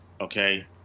okay